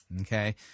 Okay